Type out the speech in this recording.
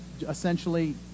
essentially